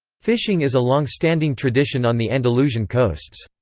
fishing is a longstanding tradition on the andalusian coasts.